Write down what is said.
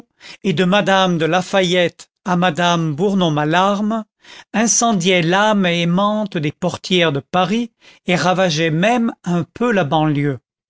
et de madame de lafayette à madame bournon malarme incendiait l'âme aimante des portières de paris et ravageait même un peu la banlieue